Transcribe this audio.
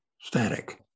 static